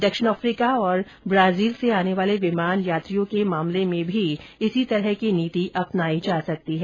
दक्षिण अफ्रीका और ब्राजील से आने वाले विमान यात्रियों के मामले में भी इसी तरह की नीति अपनाई जा सकती है